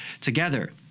together